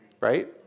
right